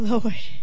Lord